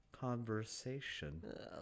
conversation